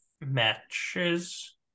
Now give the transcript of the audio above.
matches